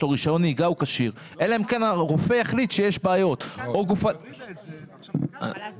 יש לו רישיון נהיגה הוא כשיר אלא אם כן הרופא החליט שיש בעיות.